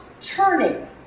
turning